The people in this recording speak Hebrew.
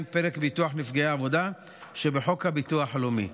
פרק ביטוח נפגעי עבודה שבחוק הביטוח הלאומי.